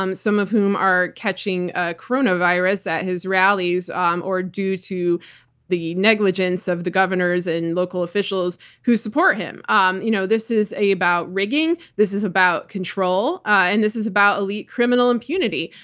um some of whom are catching ah coronavirus at his rallies um or due to the negligence of the governors and local officials who support him. um you know this is about rigging, this is about control, and this is about elite criminal impunity.